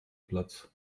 platz